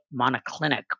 monoclinic